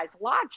logic